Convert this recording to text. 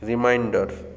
reminder